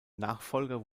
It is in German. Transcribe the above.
nachfolger